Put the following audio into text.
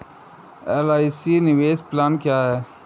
LIC निवेश plan क्या है?